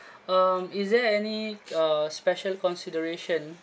um is there any uh special consideration